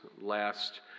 last